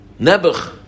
Nebuch